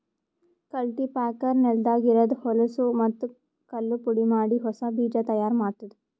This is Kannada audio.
ಕಲ್ಟಿಪ್ಯಾಕರ್ ನೆಲದಾಗ ಇರದ್ ಹೊಲಸೂ ಮತ್ತ್ ಕಲ್ಲು ಪುಡಿಮಾಡಿ ಹೊಸಾ ಬೀಜ ತೈಯಾರ್ ಮಾಡ್ತುದ